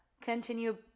continue